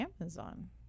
Amazon